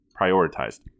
prioritized